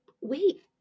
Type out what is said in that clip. wait